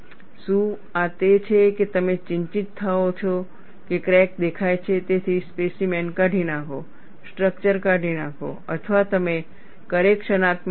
શું આ તે છે કે તમે ચિંતિત થાઓ છો કે ક્રેક દેખાય છે તેથી સ્પેસીમેન કાઢી નાખો સ્ટ્રક્ચર કાઢી નાખો અથવા તમે કરેક્શનત્મક પગલાં લો